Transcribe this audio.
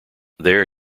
there